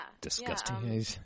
Disgusting